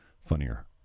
Funnier